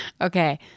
Okay